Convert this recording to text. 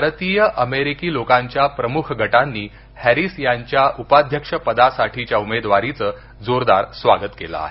भारतीय अमेरिकी लोकांच्या प्रमुख गटांनी हॅरिस यांच्या उपाध्यक्ष पदासाठीच्या उमेदवारीचं जोरदार स्वागत केलं आहे